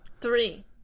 Three